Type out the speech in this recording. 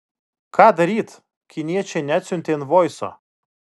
ką daryt kiniečiai neatsiuntė invoiso